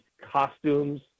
costumes